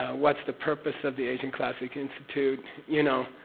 ah what's the purpose of the asian classics institute. you know.